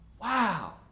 Wow